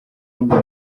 ngo